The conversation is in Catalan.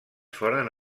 foren